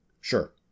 Sure